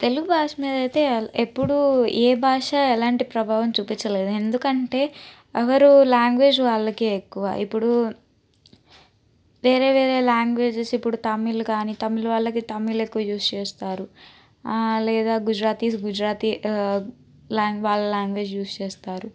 తెలుగు భాష మీదైతే ఎప్పుడూ ఏ భాష ఎలాంటి ప్రభావం చూపించలేదు ఎందుకంటే ఎవరు లాంగ్వేజ్ వాళ్ళకి ఎక్కువ ఇప్పుడు వేరే వేరే లాంగ్వేజెస్ ఇప్పుడు తమిళ్ కాని తమిళ్ వాళ్ళకి తమిళ్ ఎక్కువ యూస్ చేస్తారు లేదా గుజరాతీస్ గుజరాతి లాం వాళ్ళ లాంగ్వేజ్ యూస్ చేస్తారు